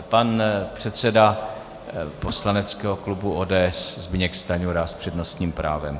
Pan předseda poslaneckého klubu ODS Zbyněk Stanjura s přednostním právem.